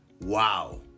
Wow